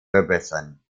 verbessern